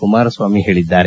ಕುಮಾರಸ್ವಾಮಿ ಹೇಳಿದ್ದಾರೆ